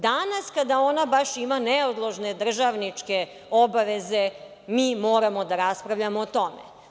Danas kada ona baš ima neodložne državničke obaveze, mi moramo da raspravljamo o tome.